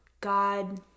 God